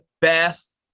Beth